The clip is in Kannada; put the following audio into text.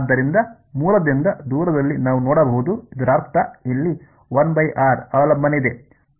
ಆದ್ದರಿಂದ ಮೂಲದಿಂದ ದೂರದಲ್ಲಿ ನಾನು ನೋಡಬಹುದು ಇದರ ಅರ್ಥ ಇಲ್ಲಿ 1 r ಅವಲಂಬನೆ ಇದೆ